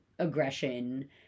aggression